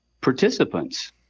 participants